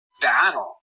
battle